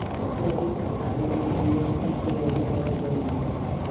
मोदी सरकार में जी.एस.टी के अउरी बढ़ गईल बाटे